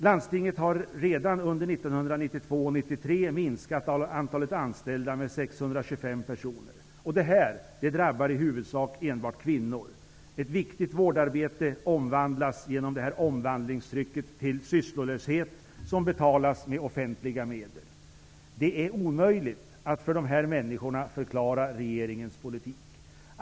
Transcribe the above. Landstinget har redan under 1992 och 1993 minskat antalet anställda med 625 personer. Detta drabbar i huvudsak kvinnor. Ett viktigt vårdarbete omvandlas genom detta omvandlingstryck till sysslolöshet som betalas med offentliga medel. Det är omöjligt att förklara regeringens politik för dessa människor.